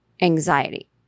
anxiety